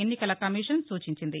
ఎన్నికల కమిషన్ సూచించింది